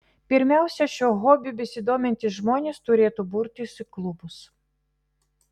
pirmiausia šiuo hobiu besidomintys žmonės turėtų burtis į klubus